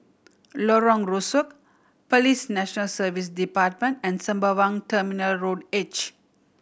Lorong Rusuk Police National Service Department and Sembawang Terminal Road H